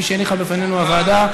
כפי שהניחה בפנינו הוועדה.